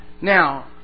Now